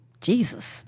Jesus